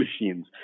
machines